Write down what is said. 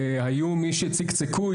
היו מי שצקצקו,